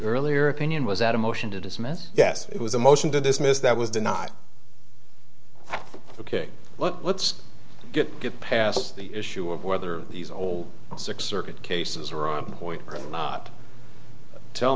earlier opinion was that a motion to dismiss yes it was a motion to dismiss that was did not ok let's get get past the issue of whether these old six circuit cases are on point or not tell